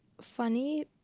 funny